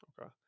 Okay